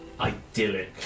idyllic